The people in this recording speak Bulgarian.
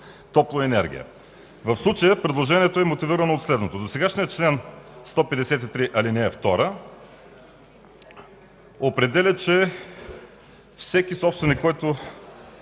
топлоенергия. В случая предложението е мотивирано от следното: досегашният чл. 153, ал. 2 определя, че всеки собственик, който